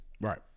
right